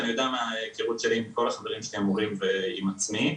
ואני יודע מההיכרים שלי עם כל החברים שלי המורים ועם עצמי.